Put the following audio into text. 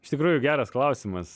iš tikrųjų geras klausimas